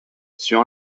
sur